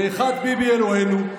ואחד ביבי אלוהינו,